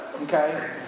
okay